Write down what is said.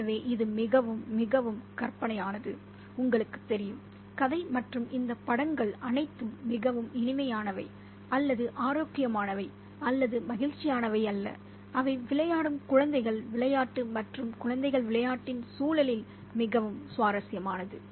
எனவே இது மிகவும் மிகவும் கற்பனையானது உங்களுக்குத் தெரியும் கதை மற்றும் இந்த படங்கள் அனைத்தும் மிகவும் இனிமையானவை அல்லது ஆரோக்கியமானவை அல்லது மகிழ்ச்சியானவை அல்ல அவை விளையாடும் குழந்தைகள் விளையாட்டு மற்றும் குழந்தைகள் விளையாட்டின் சூழலில் மிகவும் சுவாரஸ்யமானது